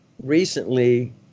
Recently